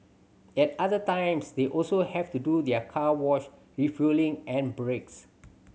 at other times they also have to do their car wash refuelling and breaks